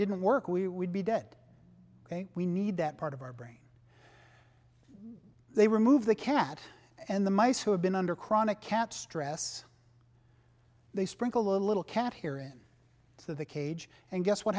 didn't work we would be dead ok we need that part of our brain they remove the cat and the mice who have been under chronic can't stress they sprinkle a little cat here in the cage and guess what